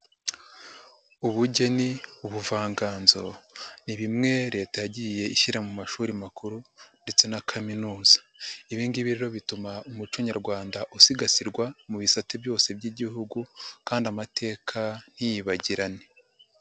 Ubugeni, ubuvanganzo, ni bimwe Leta yagiye ishyira mu mashuri makuru ndetse na kaminuza ibi ngibi rero bituma umuco nyarwanda usigasirwa mu bisate byose by'Igihugu kandi amateka ntiyibagirane.